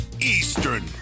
Eastern